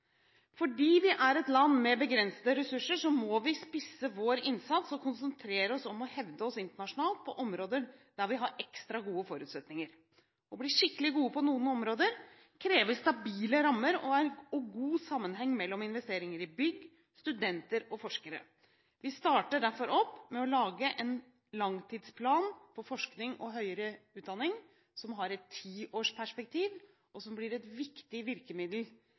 Fordi vi er et land med begrensede ressurser, må vi spisse vår innsats og konsentrere oss om å hevde oss internasjonalt på områder der vi har ekstra gode forutsetninger. Å bli skikkelig gode på noen områder krever stabile rammer og god sammenheng mellom investeringer i bygg, studenter og forskere. Vi starter derfor opp med å lage en langtidsplan for forskning og høyere utdanning, som har et tiårsperspektiv, og som blir et viktig virkemiddel